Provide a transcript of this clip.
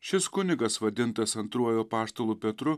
šis kunigas vadintas antruoju apaštalu petru